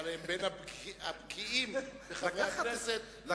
אבל הם בין הבקיאים בחברי הכנסת.